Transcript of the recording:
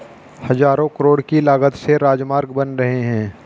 हज़ारों करोड़ की लागत से राजमार्ग बन रहे हैं